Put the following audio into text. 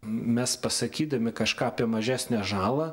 mes pasakydami kažką apie mažesnę žalą